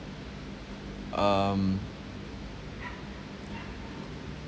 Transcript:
um